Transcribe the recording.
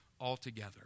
altogether